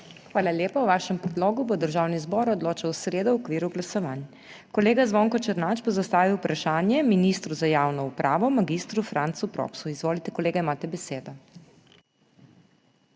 Hvala lepa. O vašem predlogu bo Državni zbor odločal v sredo v okviru glasovanj. Kolega Zvonko Černač bo zastavil vprašanje ministru za javno upravo mag. Francu Propsu. Izvolite, kolega, imate besedo.